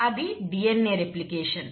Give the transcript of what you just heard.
అది DNA replication